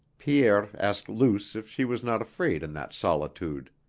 pierre asked luce if she was not afraid in that solitude.